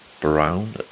brown